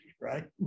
right